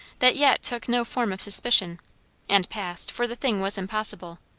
that yet took no form of suspicion and passed, for the thing was impossible.